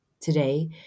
Today